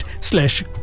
slash